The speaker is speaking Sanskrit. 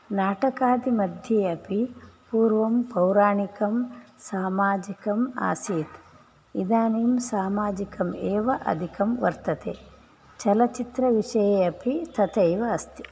नाटकादिमध्ये अपि पूर्वं पौराणिकं सामाजिकम् आसीत् इदानीं सामाजिकम् एव अधिकं वर्तते चलच्चित्रविषये अपि तथैव अस्ति